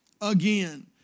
again